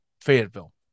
Fayetteville